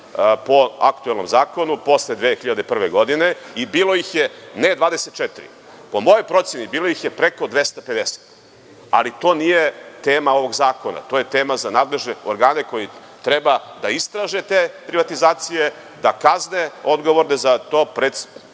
po aktuelnom zakonu posle 2001. godine. Nije ih bilo 24, nego ih je po mojoj proceni bilo preko 250, ali to nije tema ovog zakona. To je tema za nadležne organi koji treba da istraže te privatizacije, da kazne odgovorne za to pred